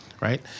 Right